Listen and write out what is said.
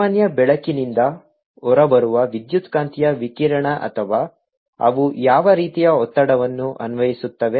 ಸಾಮಾನ್ಯ ಬೆಳಕಿನಿಂದ ಹೊರಬರುವ ವಿದ್ಯುತ್ಕಾಂತೀಯ ವಿಕಿರಣ ಅಥವಾ ಅವು ಯಾವ ರೀತಿಯ ಒತ್ತಡವನ್ನು ಅನ್ವಯಿಸುತ್ತವೆ